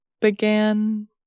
began